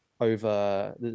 over